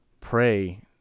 pray